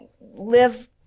live